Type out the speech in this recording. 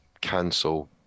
cancel